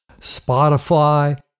Spotify